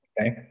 Okay